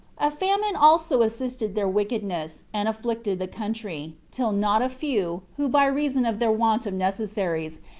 a famine also assisted their wickedness, and afflicted the country, till not a few, who by reason of their want of necessaries,